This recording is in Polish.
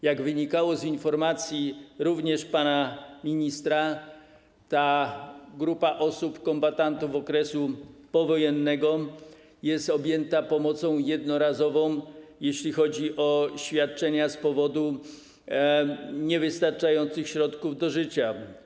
Jak wynikało również z informacji pana ministra, ta grupa osób, kombatantów okresu powojennego, jest objęta pomocą jednorazową, jeśli chodzi o świadczenia z powodu niewystarczających środków do życia.